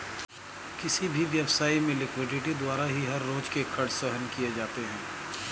किसी भी व्यवसाय में लिक्विडिटी द्वारा ही हर रोज के खर्च सहन किए जाते हैं